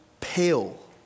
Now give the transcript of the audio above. pale